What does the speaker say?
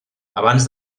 abans